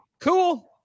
cool